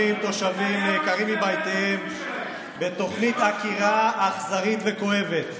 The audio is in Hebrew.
14,280 תושבים יהודים נעקרים מבתיהם בתוכנית עקירה אכזרית וכואבת.